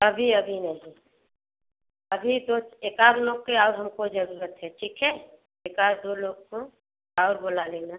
अभी अभी नही अभी तो एकाध लोग के और हमको जरूरत है ठीक है एकाध दो लोग को और बुला लेना